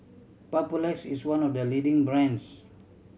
papulex is one of the leading brands